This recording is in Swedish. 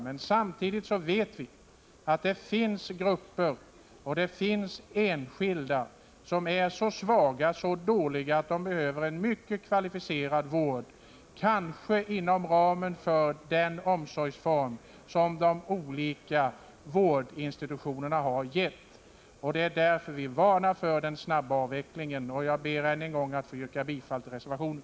Men samtidigt vet vi att det finns grupper och enskilda som är så svaga och så dåliga att de behöver en mycket kvalificerad vård, kanske inom ramen för den omsorgsform som de olika vårdinstitutionerna har gett. Det är därför vi varnar för den snabba avvecklingen. Jag ber än en gång att få yrka bifall till reservationen.